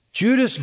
Judas